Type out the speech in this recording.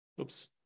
Oops